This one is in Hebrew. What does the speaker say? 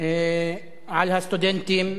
המוטל על הסטודנטים,